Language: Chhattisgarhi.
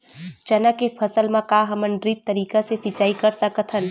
चना के फसल म का हमन ड्रिप तरीका ले सिचाई कर सकत हन?